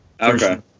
okay